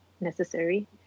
necessary